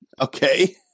Okay